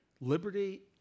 liberty